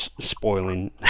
spoiling